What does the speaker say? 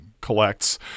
collects